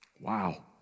Wow